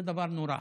זה דבר נורא.